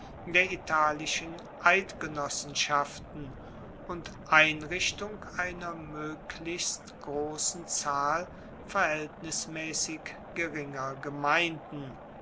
der italischen eidgenossenschaften und einrichtung einer moeglichst grossen zahl verhaeltnismaessig geringer gemeinden